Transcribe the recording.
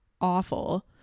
awful